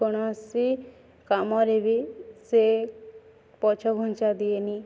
କୌଣସି କାମରେ ବି ସେ ପଛ ଘୁଞ୍ଚା ଦିଏନି